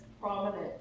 prominent